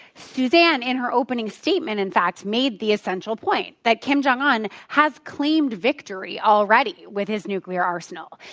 suzanne, in her opening statement, in fact, made the essential point that kim jong un has claimed victory already with his nuclear arsenal.